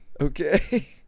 Okay